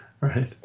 Right